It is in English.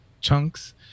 chunks